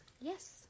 Yes